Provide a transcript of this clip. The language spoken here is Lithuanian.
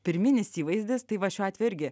pirminis įvaizdis tai va šiuo atveju irgi